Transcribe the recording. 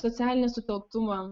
socialinį sutelktumą